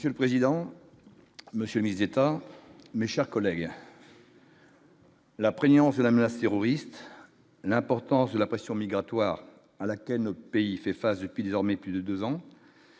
Monsieur le président Monsieur mise état mes chers collègues. La prégnance de la menace terroriste, l'importance de la pression migratoire à laquelle notre pays fait face depuis désormais plus de 2 ans.